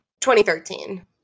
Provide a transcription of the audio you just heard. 2013